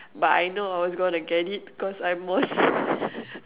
but I know I was gonna get it because I'm more s~